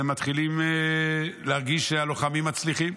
והם מתחילים להרגיש שהלוחמים מצליחים,